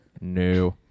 new